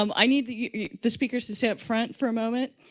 um i need the the speakers to stay up front for a moment.